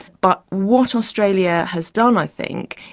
but what australia has done i think,